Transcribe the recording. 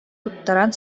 туттаран